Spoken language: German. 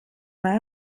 mal